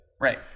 Right